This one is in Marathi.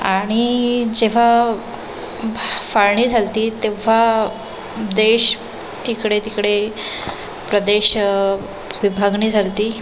आणि जेव्हा फाळणी झाली होती तेव्हा देश इकडे तिकडे प्रदेश विभागणी झाली होती